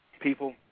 People